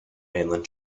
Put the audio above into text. mainland